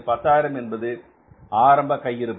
பத்தாயிரம் என்பது நமது ஆரம்ப கையிருப்பு